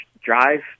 drive